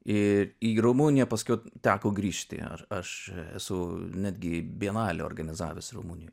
ir į rumuniją paskui teko grįžti ar aš esu netgi bienalę organizavęs rumunijoj